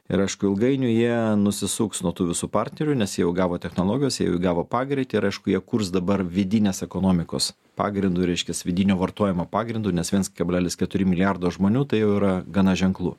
ir aišku ilgainiui jie nusisuks nuo tų visų partnerių nes jie jau gavo technologijas jie jau įgavo pagreitį ir aišku jie kurs dabar vidinės ekonomikos pagrindu reiškias vidinio vartojimo pagrindu nes viens kablelis keturi milijardo žmonių tai jau yra gana ženklu